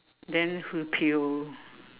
then who peel